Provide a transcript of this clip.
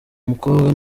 mukobwa